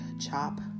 chop